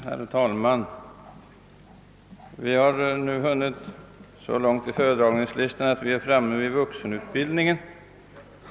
Herr talman! Vi har nu hunnit så långt i föredragningslistan att vi är framme vid frågan om vuxenutbildningen.